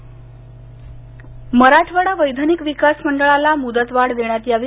मराठवाडा मराठवाडा वैधानिक विकास मंडळाला मुदत वाढ देण्यात यावी